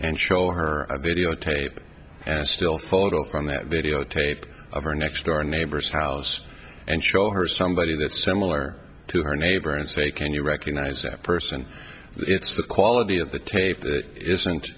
and show her videotape and still photo from that videotape of her next aren't abers house and show her somebody that's similar to her neighbor and say can you recognize that person it's the quality of the tape that isn't